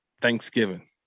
Thanksgiving